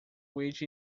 which